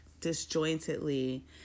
disjointedly